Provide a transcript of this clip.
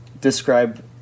describe